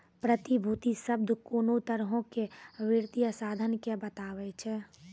प्रतिभूति शब्द कोनो तरहो के वित्तीय साधन के बताबै छै